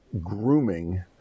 grooming